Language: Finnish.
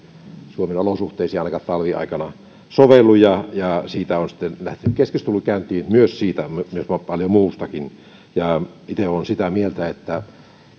suomen olosuhteisiin ainakaan talviaikana sovellu siitä on sitten lähtenyt keskustelu käyntiin myös siitä myös paljon muustakin itse olen sitä mieltä että